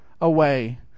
away